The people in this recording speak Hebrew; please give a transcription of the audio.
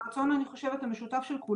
ערב חג הפסח, הרצון המשותף לכולנו,